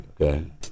okay